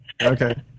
Okay